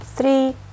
Three